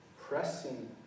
pressing